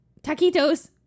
taquitos